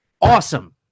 awesome